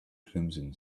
crimson